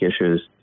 issues